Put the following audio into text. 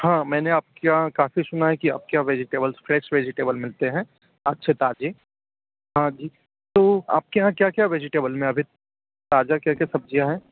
हाँ मैंने आप क्या काफ़ी सुना है कि आप क्या वेजिटेबल्स फ्रेश वेजिटेबल मिलती हैं अच्छी ताज़ी तो आप क्या क्या क्या वेजिटेबल में अभी ताज़ा क्या क्या सब्ज़ियाँ हैं